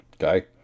Okay